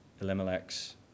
Elimelech's